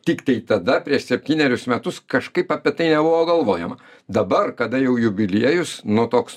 tiktai tada prieš septynerius metus kažkaip apie tai nebuvo galvojama dabar kada jau jubiliejus nu toks